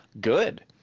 good